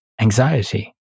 anxiety